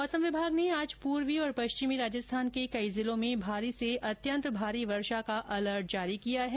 मौसम विभाग ने आज पूर्वी तथा पश्चिमी राजस्थान के कई जिलों में भारी से अत्यंत भारी वर्षा का अलर्ट जारी किया है